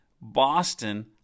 Boston